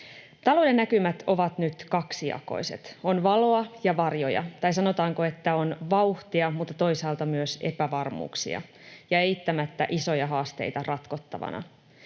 Talouden näkymät ovat nyt kaksijakoiset: on valoa ja varjoja, tai sanotaanko, että on vauhtia mutta toisaalta myös epävarmuuksia ja eittämättä isoja haasteita ratkottavana.